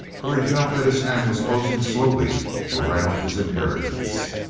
for he felt that his hand was closing slowly around his inheritance.